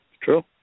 True